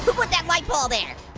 who put that light pole there?